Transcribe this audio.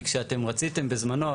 כי כשאתם רציתם בזמנו,